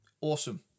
Awesome